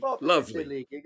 lovely